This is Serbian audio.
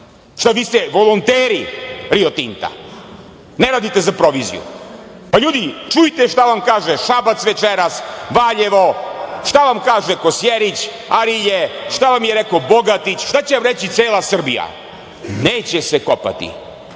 Šta vi ste volonteri Rio Tinta? Ne radite za proviziju? Pa, ljudi čujte šta vam kaže Šabac večeras, Valjevo šta vam kaže Kosjerić, Arilje, šta vam je rekao Bogatić, šta će vam reći cela Srbija? Neće se kopati.